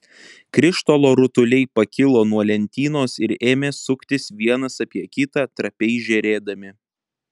krištolo rutuliai pakilo nuo lentynos ir ėmė suktis vienas apie kitą trapiai žėrėdami